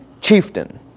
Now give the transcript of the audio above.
chieftain